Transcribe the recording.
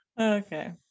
Okay